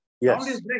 Yes